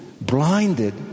blinded